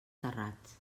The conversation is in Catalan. terrats